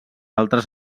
altres